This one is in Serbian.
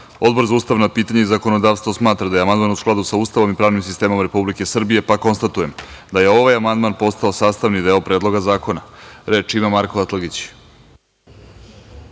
za ustavna pitanja i zakonodavstvo smatra da je amandman u skladu sa Ustavom i pravnim sistemom Republike Srbije, pa konstatujem da je ovaj amandman postao sastavni deo Predloga zakona. Reč ima Marko Atlagić.